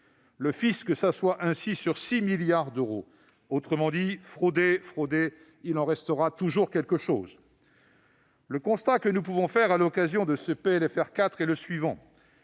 Le fisc s'est donc assis sur 6 milliards d'euros ... Autrement dit, « fraudez, fraudez, il en restera toujours quelque chose !» Le constat que nous pouvons faire à l'occasion de ce PLFR 4 est le suivant